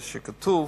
שכתוב,